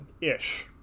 ish